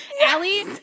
Allie